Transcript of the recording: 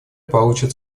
получит